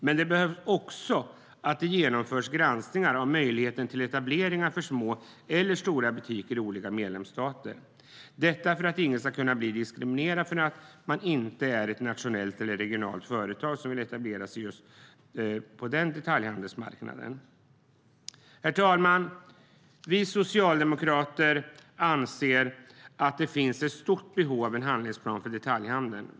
Men det behöver också genomföras granskningar av möjligheter till etableringar av små eller stora butiker i olika medlemsstater, detta för att ingen ska kunna bli diskriminerad för att man inte är ett nationellt eller regionalt företag som vill etablera sig på just den detaljhandelsmarknaden. Herr talman! Vi socialdemokrater anser att det finns ett stort behov av en handlingsplan för detaljhandeln.